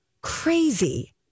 crazy